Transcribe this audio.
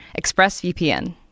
ExpressVPN